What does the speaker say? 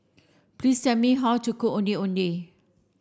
please tell me how to cook Ondeh Ondeh